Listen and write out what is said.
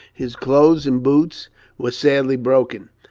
his clothes and boots were sadly broken.